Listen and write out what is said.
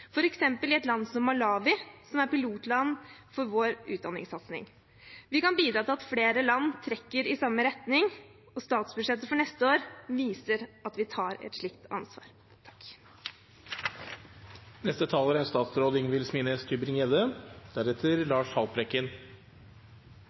f.eks. i et land som Malawi, som er pilotland for vår utdanningssatsing. Vi kan bidra til at flere land trekker i samme retning, og statsbudsjettet for neste år viser at vi tar et slikt ansvar.